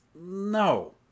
No